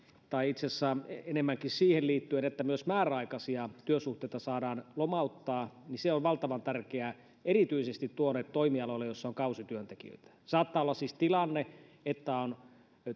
tai itse asiassa enemmänkin siihen että myös määräaikaisista työsuhteista saadaan lomauttaa se on valtavan tärkeää erityisesti toimialoille joilla on kausityöntekijöitä saattaa olla siis tilanne että on